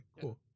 cool